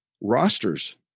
rosters